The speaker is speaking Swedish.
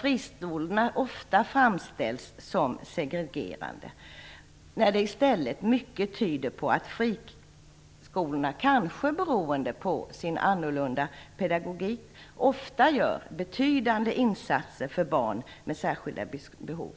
Friskolorna framställs då ofta som segregerande när det i stället finns mycket som tyder på att friskolorna - kanske beroende på sin annorlunda pedagogik - ofta gör betydande insatser för barn med särskilda behov.